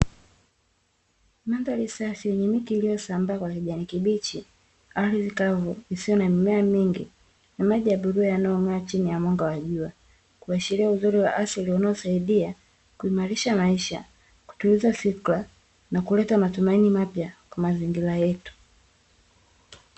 Mandhari safi yenye miti iliyosambaa ya kijani kibichi, ardhi kavu isiyo na mimea mingi na maji ya bluu yanayong'aa chini ya mwanga wa jua, kuashiria uzuri wa asali unaosaidia kuimarisha maisha, kutuliza fikra na kuleta matumaini mapya kwa mazingira yetu.